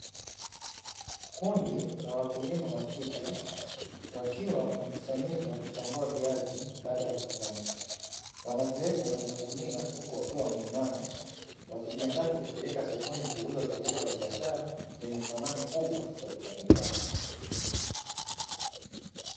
Kundi la wakulima wa kike wakiwa wamekusanyika kuchambua viazi baada ya kuvuna, wanaviweka kwenye magunia huku wakiwa wameinama, wakijiandaa kuvipeleka sokoni zao hili la biashara lenye thamani kubwa kwa kipato chao.